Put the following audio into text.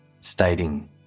stating